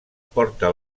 porta